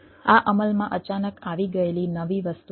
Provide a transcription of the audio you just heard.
આ અમલમાં અચાનક આવી ગયેલી નવી વસ્તુ નથી